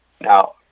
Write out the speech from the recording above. now